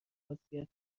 خاصیت